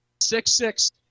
Six-six